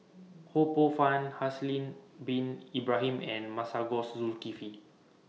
Ho Poh Fun Haslir Bin Ibrahim and Masagos Zulkifli